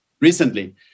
recently